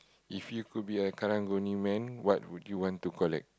if you could be a Karang-Guni man what would you want to collect